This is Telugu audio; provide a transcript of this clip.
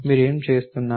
మీరు ఏమి చేస్తున్నారు